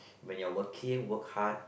when you are working work hard